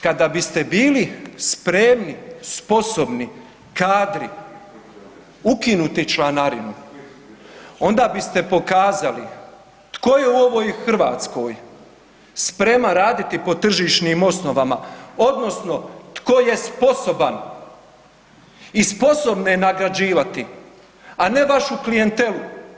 Kada biste bili spremni, sposobni, kadri ukinuti članarinu, onda biste pokazali tko je u ovoj Hrvatskoj spreman raditi po tržišnim osnovama, odnosno tko je sposoban i sposobne nagrađivati, a ne vašu klijentelu.